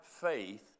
faith